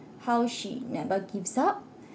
how she never gives up